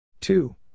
Two